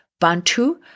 Bantu